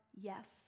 yes